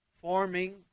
forming